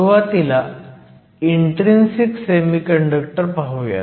सुरुवातीला intrinsic semiconductor पाहुयात